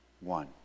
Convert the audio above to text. one